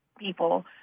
people